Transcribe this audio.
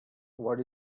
what